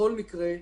בכל מקרה,